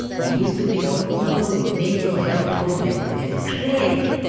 we used to think of people with mental health problems as crazy.